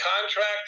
contract